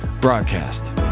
broadcast